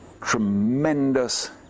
tremendous